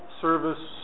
service